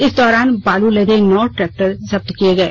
इस दौरान बालू लदे नौ ट्रैक्टर जब्त किये गये